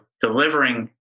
delivering